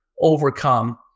overcome